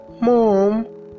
Mom